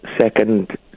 second